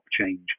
change